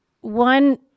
one